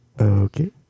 Okay